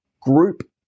group